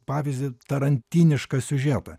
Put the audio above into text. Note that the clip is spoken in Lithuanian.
pavyzdį tarantinišką siužetą